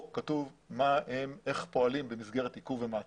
כתוב איך פועלים במסגרת עיכוב ומעצר.